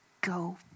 go